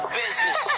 business